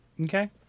Okay